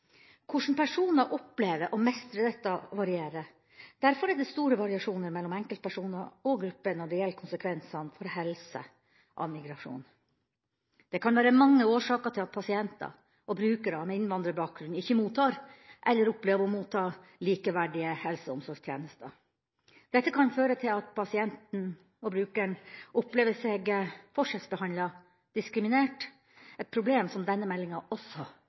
Hvordan personer opplever og mestrer dette varierer. Derfor er det store variasjoner mellom enkeltpersoner og grupper når det gjelder konsekvensene av migrasjon for helse. Det kan være mange årsaker til at pasienter og brukere med innvandrerbakgrunn ikke mottar eller opplever å motta likeverdige helse- og omsorgstjenester. Dette kan føre til at pasienten og brukeren opplever seg forskjellsbehandlet og diskriminert – et problem som denne meldinga også